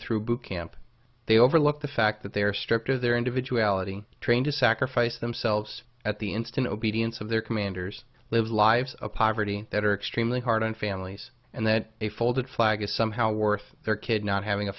through boot camp they overlook the fact that they are stripped of their individuality trained to sacrifice themselves at the instant obedience of their commanders live lives of poverty that are extremely hard on families and that a folded flag is somehow worth their kid not having a